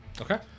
Okay